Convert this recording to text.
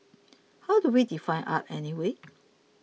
how do we define art anyway